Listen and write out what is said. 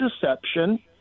deception